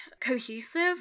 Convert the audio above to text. cohesive